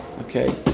Okay